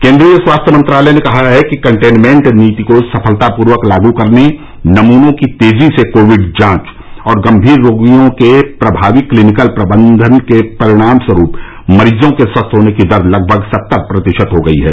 केंद्रीय स्वास्थ्य मंत्रालय ने कहा है कि कंटेनमेंट नीति को सफलतापूर्वक लागू करने नमूनोंकी तेजी से कोविड जांच और गंभीर रोगियों के प्रभावी क्लीनिक्ल प्रबंधन के परिणाम स्वरूप मरीजों के स्वस्थ होने की दर लगभग सत्तर प्रतिशत हो गई है